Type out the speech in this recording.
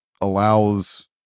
allows